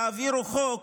תעבירו חוק